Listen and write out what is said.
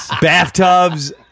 bathtubs